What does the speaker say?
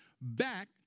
back